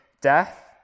death